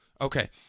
Okay